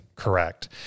Correct